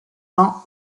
ans